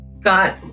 got